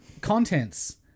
Contents